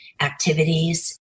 activities